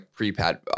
prepad